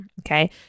okay